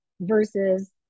versus